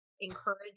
encourage